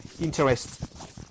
interest